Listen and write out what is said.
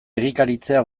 egikaritzea